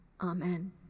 Amen